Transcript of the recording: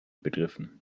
begriffen